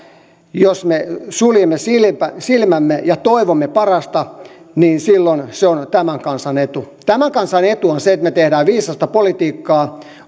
jos me suljemme silmämme silmämme ja toivomme parasta niin silloin se on tämän kansan etu tämän kansan etu on se että me teemme viisasta politiikkaa